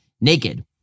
naked